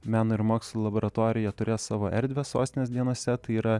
meno ir mokslo laboratorija turės savo erdvę sostinės dienose tai yra